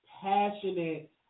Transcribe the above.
passionate